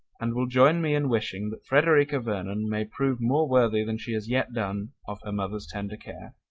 and will join me in wishing that frederica vernon may prove more worthy than she has yet done of her mother's tender care.